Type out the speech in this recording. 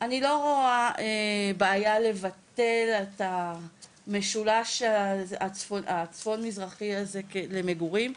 אני לא רואה את הבעיה לבטל את המשולש הצפון מזרחי הזה למגורים,